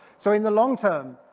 so, in the long term,